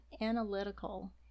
analytical